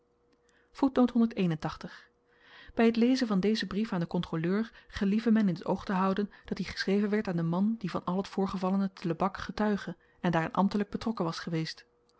by t lezen van dezen brief aan den kontroleur gelieve men in t oog te houden dat-i geschreven werd aan den man die van al t voorgevallene te lebak getuige en daarin ambtelyk betrokken was geweest